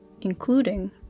including